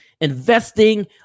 investing